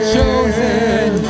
Chosen